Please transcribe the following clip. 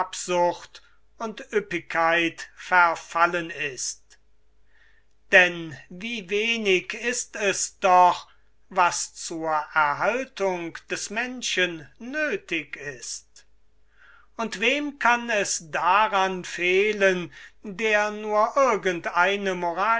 und ueppigkeit verfallen ist denn wie wenig ist es doch was zur erhaltung des menschen nöthig ist und wem kann es daran fehlen der nur irgend eine